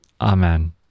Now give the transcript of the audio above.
Amen